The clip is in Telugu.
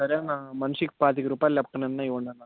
సరే అన్నా మనిషికి పాతిక రూపాయలు లెక్కనన్నా ఇవ్వండన్నా